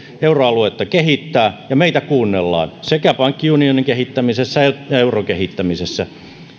euroaluetta kehittää ja meitä kuunnellaan sekä pankkiunionin kehittämisessä että euron kehittämisessä